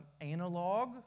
analog